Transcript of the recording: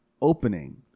opening